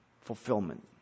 fulfillment